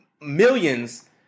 millions